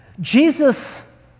Jesus